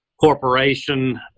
corporation